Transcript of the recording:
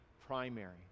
primary